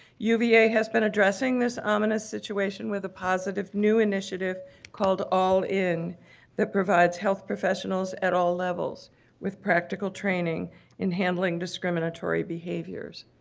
uva has been addressing this ominous situation with a positive new initiative called all in that provides health professionals at all levels with practical training in handling discriminatory behaviors.